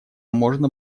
можно